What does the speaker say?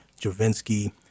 Javinsky